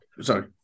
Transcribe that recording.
sorry